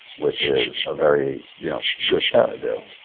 which is a very yeah good thing to do.